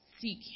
seek